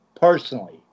personally